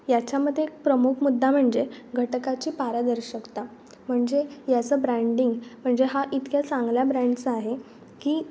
याच्यामध्ये एक प्रमुख मुद्दा म्हणजे घटकाची पारदर्शकता म्हणजे याचं ब्रँडिंग म्हणजे हा इतक्या चांगल्या ब्रँडचा आहे की